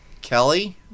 Kelly